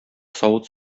савыт